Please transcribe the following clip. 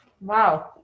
Wow